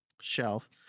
shelf